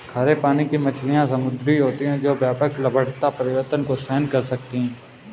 खारे पानी की मछलियाँ समुद्री होती हैं जो व्यापक लवणता परिवर्तन को सहन कर सकती हैं